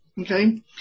Okay